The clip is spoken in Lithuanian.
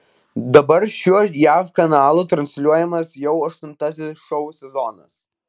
dabar šiuo jav kanalu transliuojamas jau aštuntasis šou sezonas